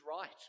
right